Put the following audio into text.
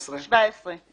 הצבעה בעד סעיף 16,